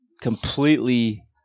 completely